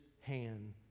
hand